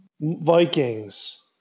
Vikings